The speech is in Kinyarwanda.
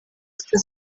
sita